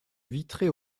vitrée